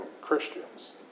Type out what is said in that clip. Christians